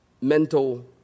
mental